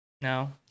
No